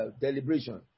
deliberation